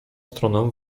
stronę